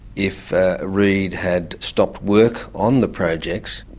if ah reed had stopped work on the projects,